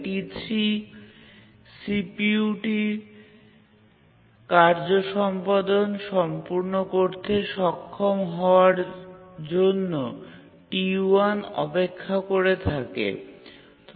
T3 CPU টির কার্য সম্পাদন সম্পূর্ণ করতে সক্ষম হওয়ার জন্য T1 অপেক্ষা করে থাকে